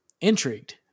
intrigued